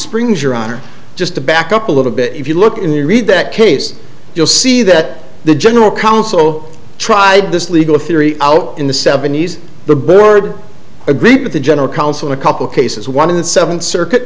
springs your honor just to back up a little bit if you look in your read that case you'll see that the general counsel tried this legal theory out in the seventies the board agreed with the general counsel in a couple cases one in the seventh circuit